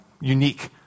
unique